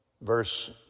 verse